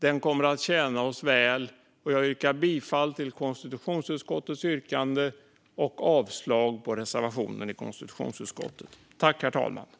Den kommer att tjäna oss väl. Jag yrkar bifall till konstitutionsutskottets förslag till beslut och avslag på reservationen.